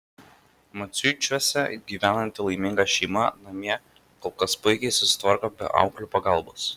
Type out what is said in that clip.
maciuičiuose gyvenanti laiminga šeima namie kol kas puikiai susitvarko be auklių pagalbos